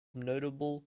notable